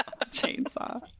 Chainsaw